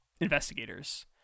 investigators